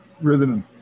rhythm